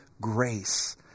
grace